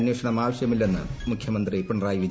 അന്വേഷണം ആവശ്യമില്ലെന്ന് മുഖ്യമന്ത്രി പിണറായി വിജയൻ